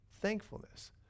Thankfulness